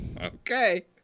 Okay